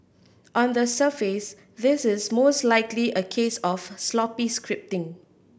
on the surface this is most likely a case of sloppy scripting